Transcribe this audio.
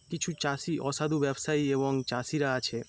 কিছু চাষি অসাধু ব্যবসায়ী এবং চাষিরা আছে